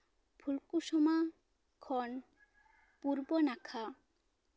ᱯᱷᱩᱞᱠᱩᱥᱢᱟ ᱠᱷᱚᱱ ᱯᱩᱨᱵᱚ ᱱᱟᱠᱷᱟ